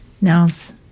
Nels